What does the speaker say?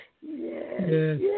yes